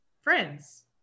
friends